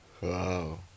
Wow